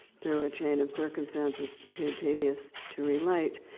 through a chain of circumstances too tedious to relate.